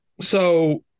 So-